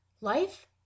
Life